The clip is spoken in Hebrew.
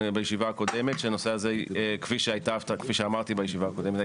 כפי שאמרתי בישיבה הקודמת,